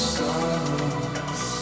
silence